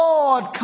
Lord